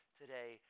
today